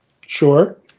Sure